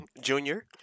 junior